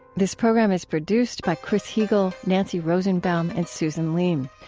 this program is produced by chris heagle, nancy rosenbaum, and susan leem.